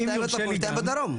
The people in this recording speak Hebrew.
שניים בצפון ושניים בדרום.